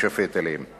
סעיף 230(ג)